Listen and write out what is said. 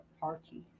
party